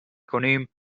کنیم